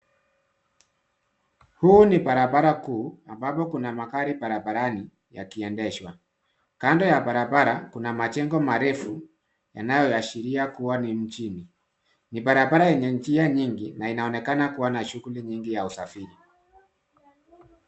Huu ni barabara kuu ambapo kuna magari barabarani yakiendeshwa. Kando ya barabara kuna majengo marefu yanayoashiria kuwa ni mjini. Ni barabara yenye njia nyingi na inaonekana kuwa na shughuli nyingi ya usafiri.